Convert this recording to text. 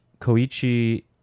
Koichi